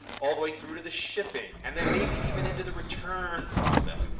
all the way through to the shipping and then maybe even into the return process. and